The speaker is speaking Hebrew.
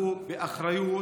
שהתנהגו באחריות,